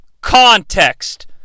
context